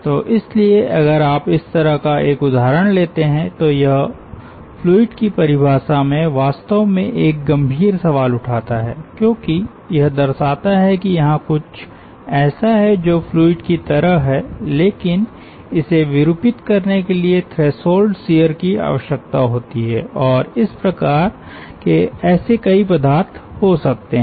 तो इसलिए अगर आप इस तरह का एक उदाहरण लेते हैं तो यह फ्लूइड की परिभाषा में वास्तव में एक गंभीर सवाल उठाता है क्योंकि यह दर्शाता है कि यहाँ कुछ ऐसा है जो फ्लूइड की तरह है लेकिन इसे विरूपित करने के लिए थ्रेशोल्ड शियर की आवश्यकता होती है और इस प्रकार के ऐसे कई पदार्थ हो सकते हैं